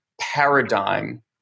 paradigm